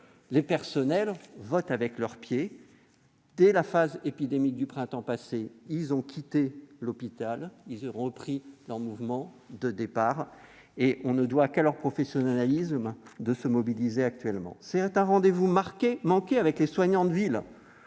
les personnels votent avec leurs pieds. Dès la phase épidémique du printemps passée, ils ont quitté l'hôpital et repris leur mouvement de départ. On ne doit qu'à leur professionnalisme de se mobiliser actuellement. C'est un rendez-vous manqué avec les soignants de ville,